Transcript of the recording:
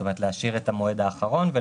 כלומר להשאיר את המועד האחרון.